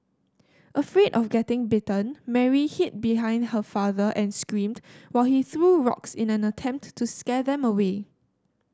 afraid of getting bitten Mary hid behind her father and screamed while he threw rocks in an attempt to scare them away